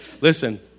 Listen